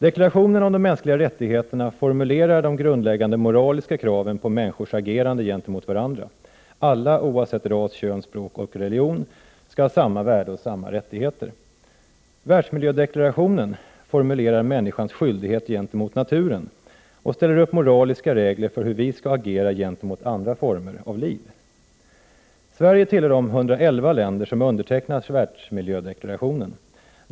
Deklarationen om de mänskliga rättigheterna formulerar de grundläggande moraliska kraven på människors agerande gentemot varandra. Alla, oavsett ras, kön, språk och religion, skall ha samma värde och samma rättigheter. Världsmiljödeklarationen formulerar människors skyldighet gentemot naturen och ställer upp moraliska regler för hur vi skall agera gentemot andra former av liv. Sverige tillhör de 111 länder som undertecknat världsmiljödeklarationen.